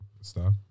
Stop